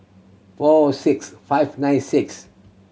four six five nine six